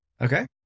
Okay